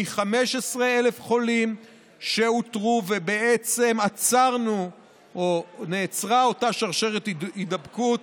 מ-15,000 חולים שאותרו ובעצם עצרנו או נעצרה אותה שרשרת הידבקות,